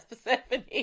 Persephone